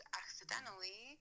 accidentally